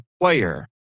player